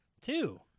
two